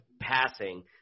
passing